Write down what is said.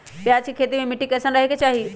प्याज के खेती मे मिट्टी कैसन रहे के चाही?